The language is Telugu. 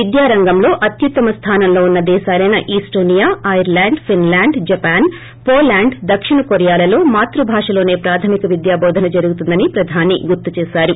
విద్యా రంగంలోఅ్్ుత్తమ స్లానంలో ఉన్న దేశాలైన Estonia Ireland Finland Japan Poland దక్షిణ్ కొరియాలలో మాతృభాషలోనే ప్రాథమిక విద్యా బోధన జరుగుతుందని ప్రధాని గుర్తు చేసారు